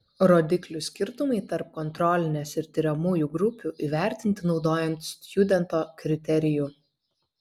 rodiklių skirtumai tarp kontrolinės ir tiriamųjų grupių įvertinti naudojant stjudento kriterijų